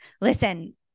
Listen